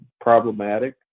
problematic